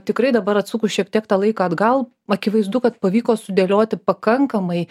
tikrai dabar atsukus šiek tiek tą laiką atgal akivaizdu kad pavyko sudėlioti pakankamai